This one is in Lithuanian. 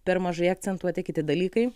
per mažai akcentuoti kiti dalykai